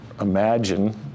imagine